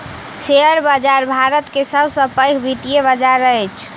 share बाजार भारत के सब सॅ पैघ वित्तीय बजार अछि